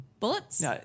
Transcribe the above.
bullets